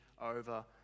over